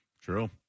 True